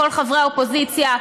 כל חברי האופוזיציה,